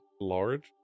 large